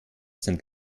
sind